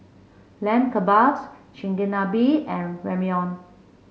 Lamb Kebabs Chigenabe and Ramyeon